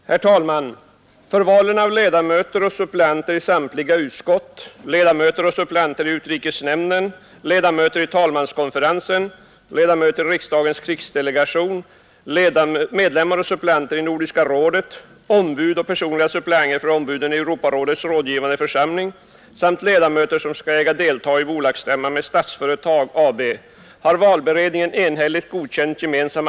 Jag ber att få meddela att val av ledamöter och suppleanter i samtliga utskott, ledamöter och suppleanter i utrikesnämnden, ledamöter i talmanskonferensen, ledamöter i riksdagens krigsdelegation, medlemmar och suppleanter i Nordiska rådet, ombud och personliga suppleanter för ombuden i Europarådets rådgivande församling samt ledamöter som skall äga delta i bolagsstämmor med Statsföretag AB kommer att ske vid morgondagens sammanträde. Utskotten och krigsdelegationen konstitueras under torsdagen.